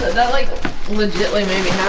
that like legitly maybe